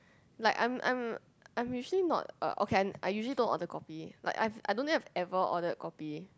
like I'm I'm I'm usually not uh okay I I usually don't order kopi like I've I don't think I've ever ordered kopi